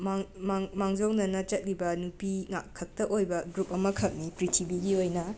ꯃꯥꯡ ꯃꯥꯡ ꯃꯥꯡꯖꯧꯅꯅ ꯆꯠꯂꯤꯕ ꯅꯨꯄꯤ ꯉꯥꯛ ꯈꯛꯇ ꯑꯣꯏꯕ ꯒ꯭ꯔꯨꯞ ꯑꯃꯈꯛꯅꯤ ꯄ꯭ꯔꯤꯊꯤꯕꯤꯒꯤ ꯑꯣꯏꯅ